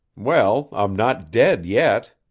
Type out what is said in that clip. well, i'm not dead yet.